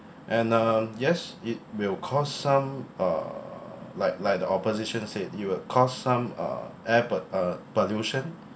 and uh yes it will cause some uh like like the opposition said it will cost some uh air pol~ uh pollution